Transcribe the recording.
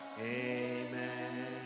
amen